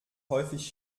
häufig